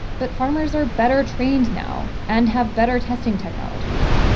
but farmers are better trained now and have better testing technologies.